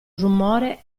rumore